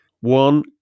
one